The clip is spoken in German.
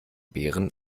bären